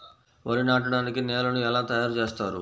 వరి నాటడానికి నేలను ఎలా తయారు చేస్తారు?